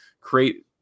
create